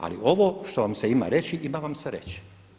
Ali ovo što vam se ima reći ima vam se reći.